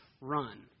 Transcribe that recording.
run